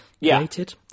related